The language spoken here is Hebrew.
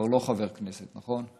כבר לא חבר כנסת, נכון?